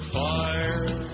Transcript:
fire